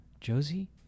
Josie